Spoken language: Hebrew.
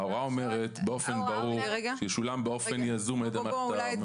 ההוראה אומרת באופן ברור שישולם באופן יזום על ידי המערכת הממוחשבת.